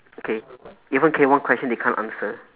okay even K one question they can't answer